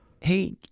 hey